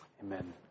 amen